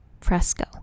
Fresco